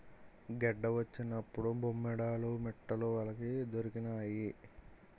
గెడ్డ వచ్చినప్పుడు బొమ్మేడాలు మిట్టలు వలకి దొరికినాయి